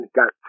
got